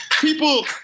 people